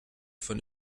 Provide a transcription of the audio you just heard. von